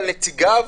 על נציגיו,